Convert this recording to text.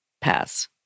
pass